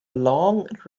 long